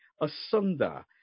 asunder